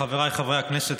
חבריי חברי הכנסת,